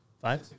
five